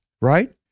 right